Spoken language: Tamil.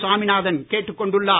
சாமிநாதன் கேட்டுக் கொண்டுள்ளார்